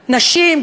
נשים,